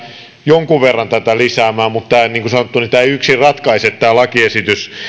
jonkun verran tätä lisäämään mutta niin kuin sanottu tämä lakiesitys ei yksin ratkaise